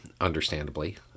understandably